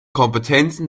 kompetenzen